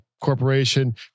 Corporation